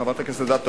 חברת הכנסת אדטו,